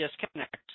disconnect